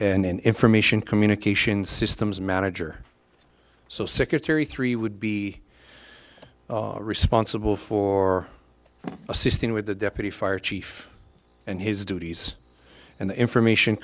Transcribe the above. and information communication systems manager so secretary three would be responsible for assisting with the deputy fire chief and his duties and the information